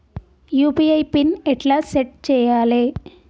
UPI PIN ఎట్లా set చేయాలే?